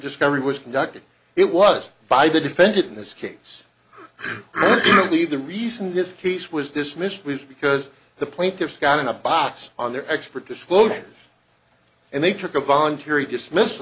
discovery was conducted it was by the defendant in this case the the reason his case was dismissed with because the plaintiffs got in a box on their expert disclosure and they took a voluntary dismiss